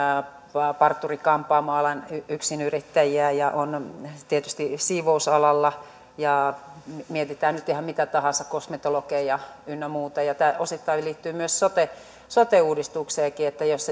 parturi kampaamoalalla yksinyrittäjiä ja on tietysti siivousalalla ja mietitäänpä nyt ihan mitä tahansa on kosmetologeja ynnä muita ja tämä osittain liittyy myös sote sote uudistukseenkin että jos